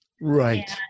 right